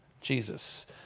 Jesus